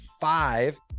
five